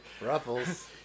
Ruffles